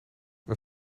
een